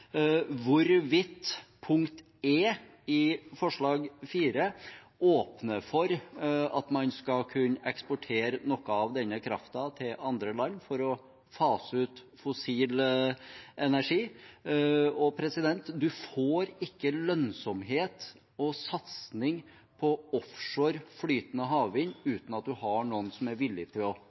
hvorvidt punkt e i forslag nr. 4 åpner for at man skal kunne eksportere noe av denne kraften til andre land for å fase ut fossil energi. Man får ikke lønnsomhet og satsing på offshore flytende havvind uten at man har noen som er villige til å